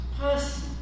person